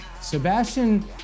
sebastian